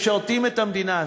משרתים את המדינה הזאת,